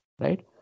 right